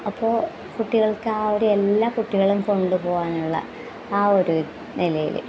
അപ്പോൾ കുട്ടികൾക്ക് ആ ഒരു എല്ലാ കുട്ടികളെയും കൊണ്ട് പോകാനുള്ള ആ ഒരു നിലയിൽ